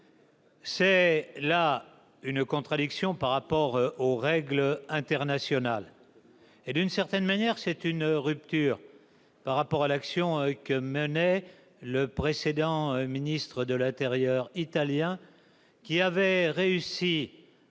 C'est une contradiction au regard des règles internationales et, d'une certaine manière, c'est une rupture par rapport à l'action que menait le précédent ministre de l'intérieur italien, lequel avait réussi à